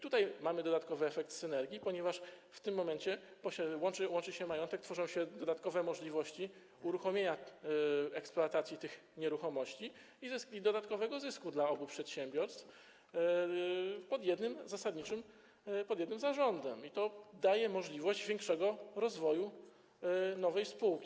Tutaj mamy dodatkowy efekt synergii, ponieważ w tym momencie łączy się majątek, tworzą się dodatkowe możliwości uruchomienia eksploatacji tych nieruchomości i dodatkowego zysku dla obu przedsiębiorstw pod jednym zarządem i to daje możliwość większego rozwoju nowej spółki.